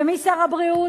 ומי שר הבריאות,